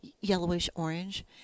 yellowish-orange